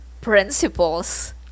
Principles